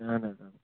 اَہن حظ اَہن حظ